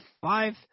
five